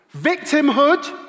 victimhood